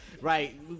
Right